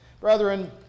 Brethren